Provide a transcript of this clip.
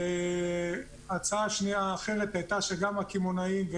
ההצעה האחרת הייתה שגם הקמעונאים,